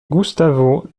gustavo